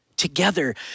together